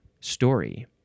story